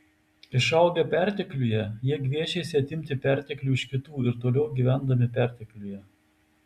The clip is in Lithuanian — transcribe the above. išaugę pertekliuje jie gviešėsi atimti perteklių iš kitų ir toliau gyvendami pertekliuje